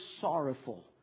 sorrowful